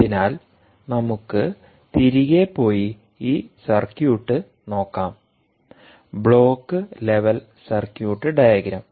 അതിനാൽ നമുക്ക് തിരികെ പോയി ഈ സർക്യൂട്ട് നോക്കാം ബ്ലോക്ക് ലെവൽ സർക്യൂട്ട് ഡയഗ്രം